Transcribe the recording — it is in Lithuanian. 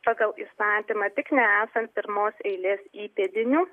pagal įstatymą tik nesant pirmos eilės įpėdinių